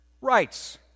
rights